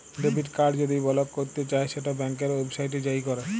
debit card যদি block ক্যরতে চাই সেট ব্যাংকের ওয়েবসাইটে যাঁয়ে ক্যর